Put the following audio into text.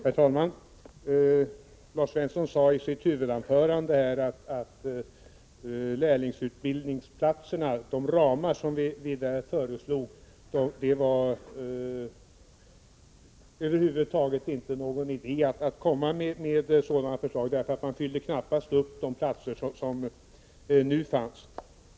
Herr talman! Beträffande de ramar som vi föreslår för lärlingsutbildningsplatserna sade Lars Svensson i sitt huvudanförande att det över huvud taget inte var någon idé att komma med ett sådant förslag, eftersom man knappast kan fylla de platser som nu finns.